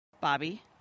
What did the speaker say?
bobby